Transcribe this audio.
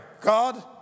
God